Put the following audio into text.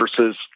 versus –